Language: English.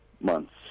months